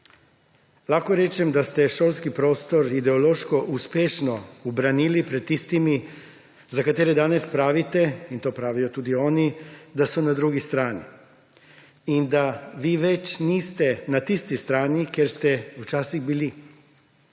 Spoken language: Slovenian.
Lahko rečem, da ste šolski prostor ideološko uspešno obranili pred tistimi, za katere danes pravite, in to pravijo tudi oni, da so na drugi strani, in da vi več niste na tisti strani, kjer ste včasih bili.